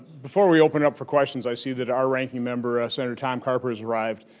before we open up for questions, i see that our ranking member ah senator tom carper has arrived.